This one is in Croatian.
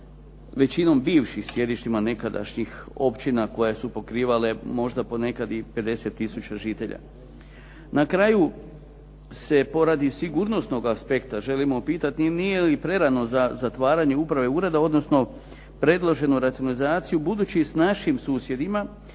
većinom bivših sjedištima nekadašnjih općina koje su pokrivale možda ponekad i 50000 žitelja. Na kraju se poradi sigurnosnog aspekta želimo pitati nije li prerano za zatvaranje uprave ureda, odnosno predloženu racionalizaciju budući s našim susjedima